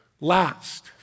Last